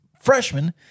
freshman